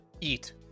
eat